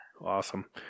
Awesome